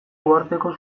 uharteko